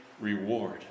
reward